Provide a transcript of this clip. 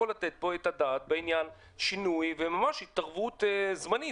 לתת פה את הדעת בעניין לשינוי וממש התערבות זמנית.